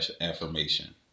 affirmation